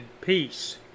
peace